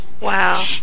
Wow